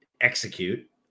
execute